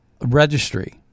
registry